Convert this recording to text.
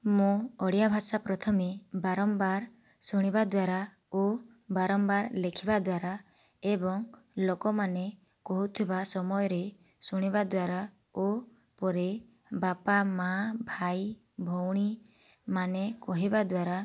ମୁଁ ଓଡ଼ିଆ ଭାଷା ପ୍ରଥମେ ବାରମ୍ବାର ଶୁଣିବା ଦ୍ୱାରା ଓ ବାରମ୍ବାର ଲେଖିବା ଦ୍ୱାରା ଏବଂ ଲୋକମାନେ କହୁଥିବା ସମୟରେ ଶୁଣିବା ଦ୍ୱାରା ଓ ପରେ ବାପା ମା' ଭାଇଭଉଣୀମାନେ କହିବା ଦ୍ୱାରା